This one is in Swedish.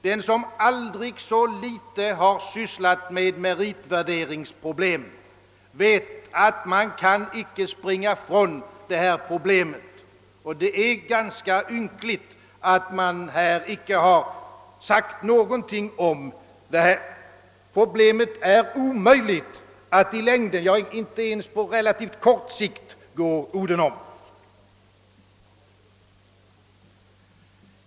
Den som aldrig så litet sysslat med meritvärdering vet, att man icke kan springa ifrån detta problem, och det är ganska ynkligt att det här inte sagts någonting om detta. Problemet är icke möjligt att i längden eller ens på relativt kort sikt gå udenom.